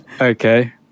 Okay